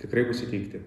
tikrai bus įteikti